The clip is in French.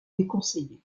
déconseillée